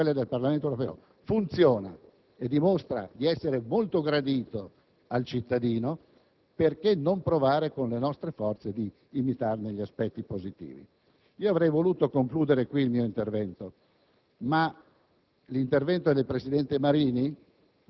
che in dimensioni macroscopiche, come quelle del Parlamento europeo, funziona e dimostra di essere molto gradito al cittadino, perché non provare con le nostre forze ad imitarne gli effetti positivi? Avrei voluto concludere qui il mio intervento, ma